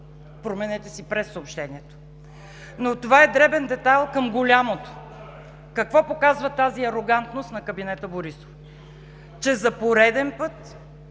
Променете си прессъобщението. Това обаче е дребен детайл към голямото. Какво показва тази арогантност на кабинета Борисов? Че за пореден път